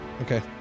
Okay